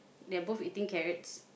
they are both eating carrots